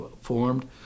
formed